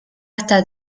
hasta